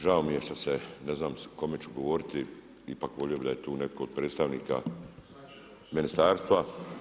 Žao mi je ne znam kome ću govoriti ipak volio bi da je tu neko od predstavnika ministarstva.